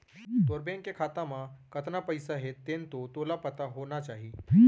तोर बेंक के खाता म कतना पइसा हे तेन तो तोला पता होना चाही?